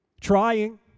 trying